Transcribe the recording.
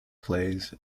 plays